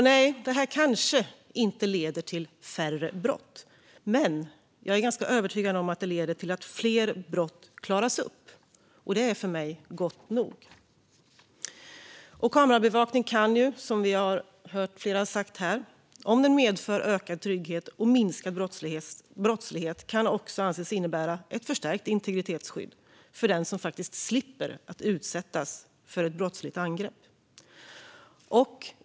Nej, det här kanske inte leder till färre brott. Jag är dock ganska övertygad om att det leder till att fler brott klaras upp, och det är för mig gott nog. Kameraövervakning kan, som vi har hört flera säga här, om den medför ökad trygghet och minskad brottslighet också anses innebära ett förstärkt integritetsskydd för den som faktiskt slipper utsättas för ett brottsligt angrepp.